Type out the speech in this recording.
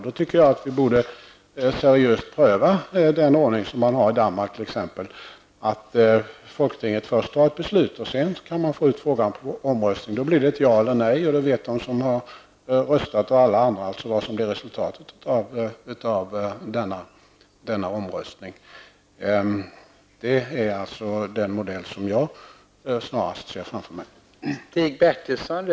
Därför borde vi seriöst pröva den ordning som man har i Danmark. Folketinget fattar där först ett beslut, och sedan kan frågan föras ut till folkomröstning. Svaret blir då ett ja eller nej, och då vet alla vilket som blivit resultatet av omröstningen. Det är den modell som jag förordar.